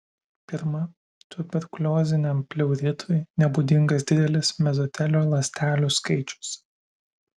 pirma tuberkulioziniam pleuritui nebūdingas didelis mezotelio ląstelių skaičius